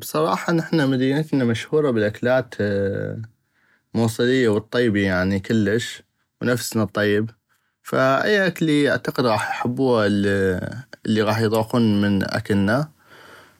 بصراحة نحنا مدينتنا مشهورة بل الاكلات الموصلية والطيبي يعني كلش ونفسنا الطيب فاي اكلي اعتقد غاح احبوها الي غاح اضوقون من اكلنا